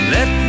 Let